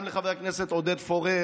גם לחבר הכנסת עודד פורר.